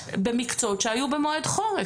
במקצועות שהיו מועד חורף.